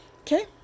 Okay